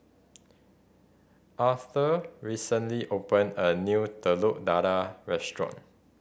Aurthur recently opened a new Telur Dadah restaurant